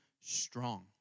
strong